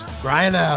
Brian